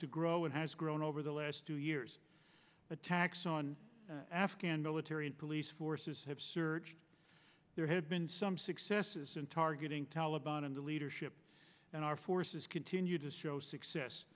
to grow and has grown over the last two years attacks on afghan military and police forces have searched there have been some successes in targeting taliban and the leadership and our forces continue to show success